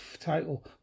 title